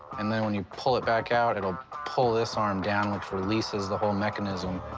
and then when you pull it back out, it'll pull this arm down which releases the whole mechanism.